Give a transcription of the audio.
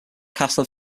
castle